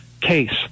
case